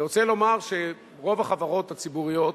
אני רוצה לומר שרוב החברות הציבוריות,